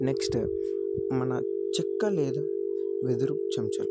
next మన చెక్క లేదా వెదురు చెంచాలు